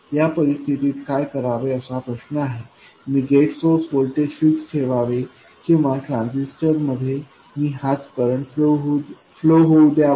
या परिस्थितीत काय करावे असा प्रश्न आहे मी गेट सोर्स व्होल्टेज फिक्स ठेवावे किंवा ट्रान्झिस्टरमध्ये मी हाच करंट फ्लो होऊ द्यावा